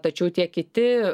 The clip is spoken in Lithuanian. tačiau tie kiti